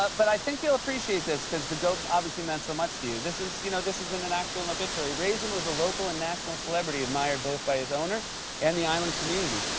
but but i think you'll appreciate this because the goat obviously meant so much to you. this is you know, this is in an actual obituary. raisin was a local and national celebrity admired both by his owner and the island community,